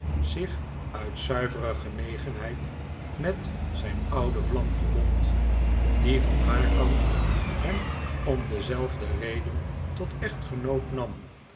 zich uit zuivere genegenheid met zijn oude vlam verbond die van haar kant hem om dezelfde reden tot echtgenoot nam